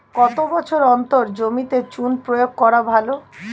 কত বছর অন্তর জমিতে চুন প্রয়োগ করা ভালো?